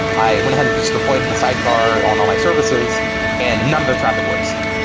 i went ahead and just deployed the sidecar on all my services and none of the traffic works.